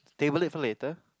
stable it for later